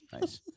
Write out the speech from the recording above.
nice